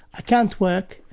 i can't work,